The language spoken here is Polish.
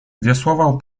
wiosłował